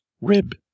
rib